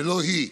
ולא היא.